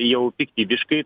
jau piktybiškai